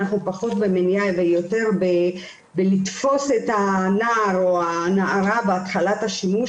אנחנו פחות במניעה ויותר בלתפוס את הנער או הנערה בהתחלת השימוש